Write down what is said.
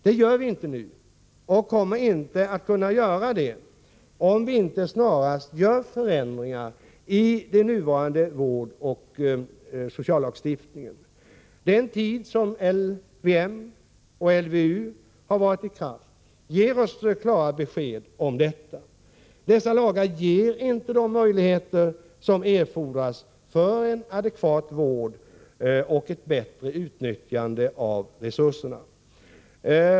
De utnyttjas inte effektivt nu och kommer inte att kunna göra det om vi inte snarast förändrar den nuvarande vårdoch sociallagstiftningen. Den tid som LVM och LVU har varit i kraft ger oss klara besked om detta. Dessa lagar ger inte de möjligheter som erfordras för en adekvat vård och ett bättre utnyttjande av resurserna.